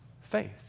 faith